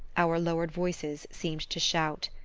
our lowered voices seemed to shout.